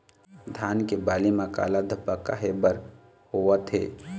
धान के बाली म काला धब्बा काहे बर होवथे?